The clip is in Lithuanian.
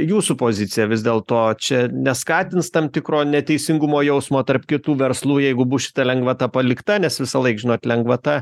jūsų pozicija vis dėlto čia neskatins tam tikro neteisingumo jausmo tarp kitų verslų jeigu bus šita lengvata palikta nes visąlaik žinot lengvata